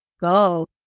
go